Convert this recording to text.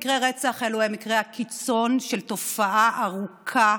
מקרי הרצח הם מקרי הקיצון של תופעה ארוכה,